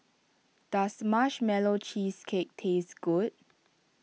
does Marshmallow Cheesecake taste good